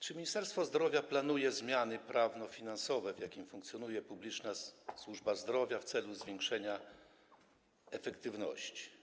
Czy Ministerstwo Zdrowia planuje zmiany prawnofinansowe w zakresie, w jakim funkcjonuje publiczna służba zdrowia w celu zwiększenia efektywności?